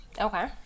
Okay